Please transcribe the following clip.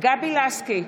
גבי לסקי,